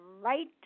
right